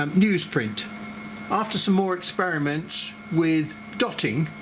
um newsprint after some more experiments with dotting